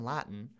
Latin